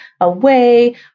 away